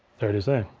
there it is there.